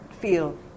feel